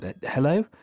Hello